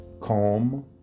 calm